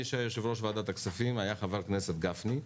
מי שהיה יושב-ראש וועדת הכספים היה חבר הכנסת גפני,